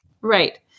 Right